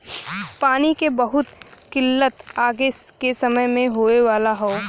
पानी के बहुत किल्लत आगे के समय में होए वाला हौ